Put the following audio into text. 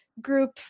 group